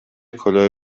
کلاه